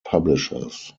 publishers